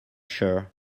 sure